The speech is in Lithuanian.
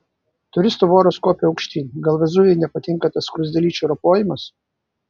turistų voros kopia aukštyn gal vezuvijui nepatinka tas skruzdėlyčių ropojimas